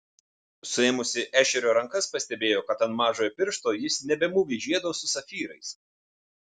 suėmusi ešerio rankas pastebėjo kad ant mažojo piršto jis nebemūvi žiedo su safyrais